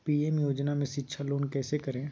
PM योजना में शिक्षा लोन कैसे करें?